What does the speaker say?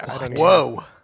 Whoa